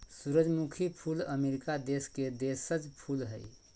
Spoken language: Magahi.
सूरजमुखी फूल अमरीका देश के देशज फूल हइ